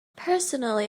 personally